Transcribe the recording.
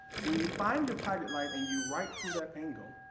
when you find your pilot light and you write through that angle,